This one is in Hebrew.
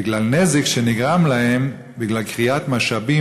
בגלל נזק שנגרם להם בגלל כריית משאבים